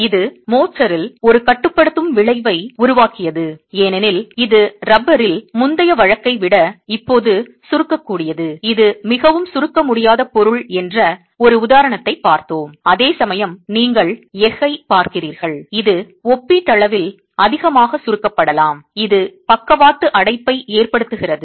இது மோர்டரில் ஒரு கட்டுப்படுத்தும் விளைவை உருவாக்கியது ஏனெனில் இது ரப்பரில் முந்தைய வழக்கை விட இப்போது சுருக்கக்கூடியது இது மிகவும் சுருக்க முடியாத பொருள் என்ற ஒரு உதாரணத்தைப் பார்த்தோம் அதேசமயம் நீங்கள் எஃகை பார்க்கிறீர்கள் இது ஒப்பீட்டளவில் அதிகமாக சுருக்கப்படலாம் இது பக்கவாட்டு அடைப்பை ஏற்படுத்துகிறது